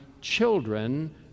children